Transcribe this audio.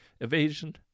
Evasion